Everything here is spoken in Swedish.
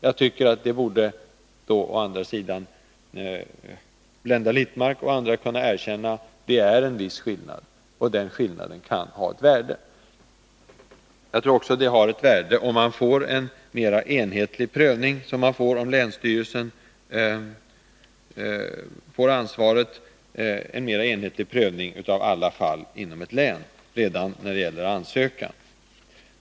Jag tycker att Blenda Littmarck och andra borde kunna erkänna att detta innebär en viss skillnad och att den skillnaden kan ha ett värde. Jag tror också att det ligger ett värde i att man redan när det gäller ansökan får en mera enhetlig prövning av alla fall inom ett län, som man har om länsstyrelsen har ansvaret.